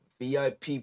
VIP